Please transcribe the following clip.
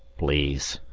please.